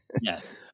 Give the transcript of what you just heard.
Yes